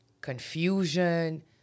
confusion